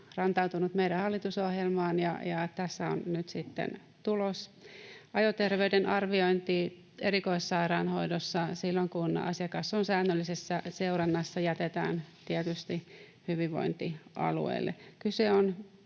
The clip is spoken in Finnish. rantautunut meidän hallitusohjelmaan, ja tässä on nyt sitten tulos. Ajoterveyden arviointi erikoissairaanhoidossa, silloin kun asiakas on säännöllisessä seurannassa, jätetään tietysti hyvinvointialueille. Kyse on